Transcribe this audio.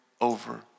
over